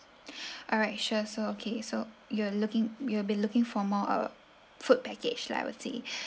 alright sure so okay so you're looking you will be looking for more food package lah I would say